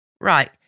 Right